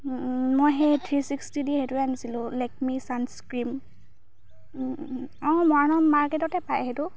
মই three sixty দি সেইটোৱে আনিছিলো লেকমি ছানস্ক্ৰীন অঁ মৰাণৰ মাৰ্কেটতে পায় সেইটো